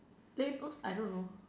labels I don't know